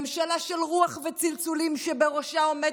ממשלה של רוח וצלצולים שבראשה עומד